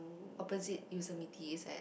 opposite Yosemite it's at